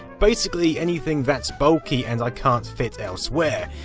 basically anything that's bulky and i can't fit else where.